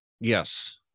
Yes